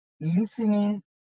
listening